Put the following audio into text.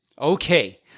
Okay